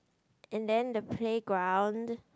and then the playground